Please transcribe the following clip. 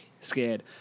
scared